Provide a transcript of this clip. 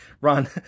Ron